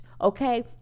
okay